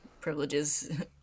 privileges